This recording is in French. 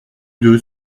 deux